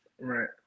Right